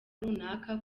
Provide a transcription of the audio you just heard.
runaka